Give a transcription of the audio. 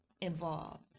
involved